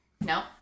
no